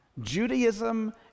Judaism